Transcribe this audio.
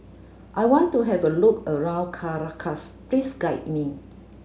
I want to have a look around Caracas please guide me